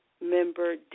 member